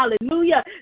Hallelujah